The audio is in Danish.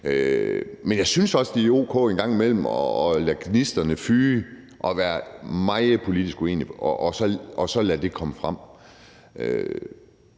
Men jeg synes også, det er o.k. at lade gnisterne fyge en gang imellem og være meget politisk uenige og så lade det komme frem.